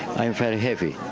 i'm very happy.